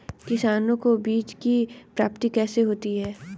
किसानों को बीज की प्राप्ति कैसे होती है?